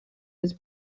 his